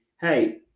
hey